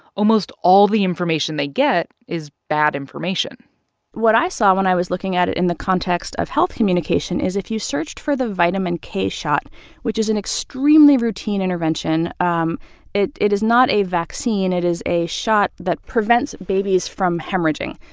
almost all the information they get is bad information what i saw when i was looking at it in the context of health communication is if you searched for the vitamin k shot which is an extremely routine intervention. um it it is not a vaccine. it is a shot that prevents babies from hemorrhaging,